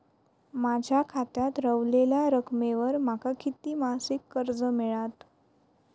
माझ्या खात्यात रव्हलेल्या रकमेवर माका किती मासिक कर्ज मिळात?